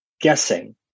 guessing